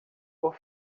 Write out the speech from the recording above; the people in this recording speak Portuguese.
por